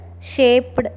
shaped